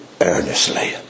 earnestly